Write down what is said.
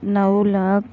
नऊ लाख